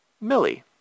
Millie